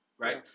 Right